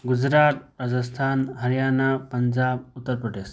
Gujarat Rajasthan Haryana Punjab Uttar Pradesh